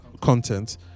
content